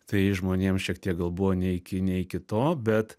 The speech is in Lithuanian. tai žmonėm šiek tiek gal buvo ne iki ne iki to bet